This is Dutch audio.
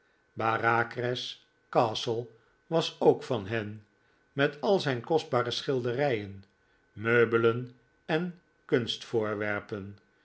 bareacres castle was ook van hen met al zijn kostbare schilderijen meubelen en